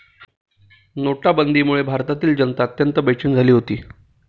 नोटाबंदीमुळे भारतातील जनता अत्यंत बेचैन झाली होती